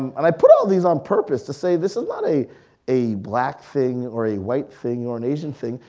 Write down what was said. and i put all these on purpose, to say, this is not a a black thing, or a white thing, or an asian thing,